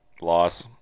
Loss